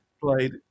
Played